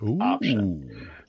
option